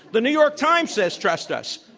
the new york times says, trust us.